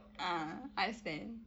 ah I understand